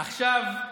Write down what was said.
עכשיו,